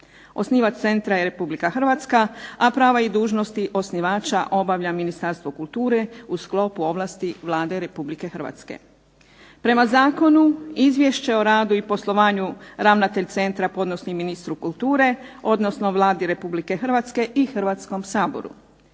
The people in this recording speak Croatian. Osnivač centra je Republika Hrvatska, a prava i dužnosti osnivača obavlja Ministarstvo kulture u sklopu ovlasti Vlade Republike Hrvatske. Prema zakonu izvješće o radu i poslovanju ravnatelj centra podnosi ministru kulture, odnosno Vladi Republike Hrvatske i Hrvatskom saboru.